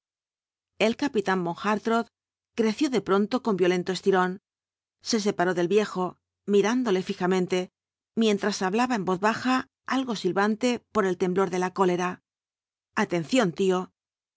el capitán von hartrott creció de pronto con violento estirón se separó del viejo mirándole fijamente mientras hablaba en voz baja algo silbante por el temblor de la cólera atención tío